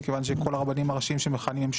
כל הרבנים הראשיים,